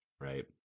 right